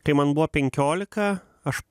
kai man buvo penkiolika aš